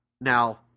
Now